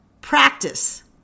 Practice